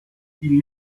die